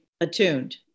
attuned